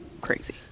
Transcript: crazy